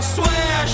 swear